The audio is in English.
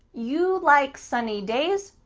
you like sunny days,